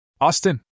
Austin